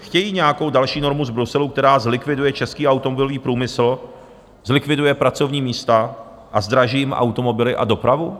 Chtějí nějakou další normu z Bruselu, která zlikviduje český automobilový průmysl, zlikviduje pracovní místa a zdraží jim automobily a dopravu?